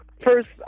first